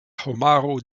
homaro